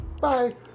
Bye